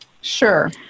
Sure